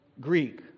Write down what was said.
Greek